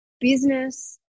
business